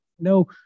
no